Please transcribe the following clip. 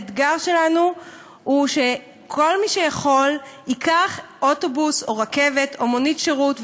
האתגר שלנו הוא שכל מי שיכול ייקח אוטובוס או רכבת או מונית שירות,